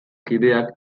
kideak